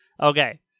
Okay